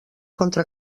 contra